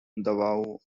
davao